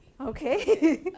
Okay